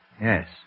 Yes